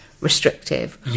restrictive